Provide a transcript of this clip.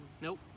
Nope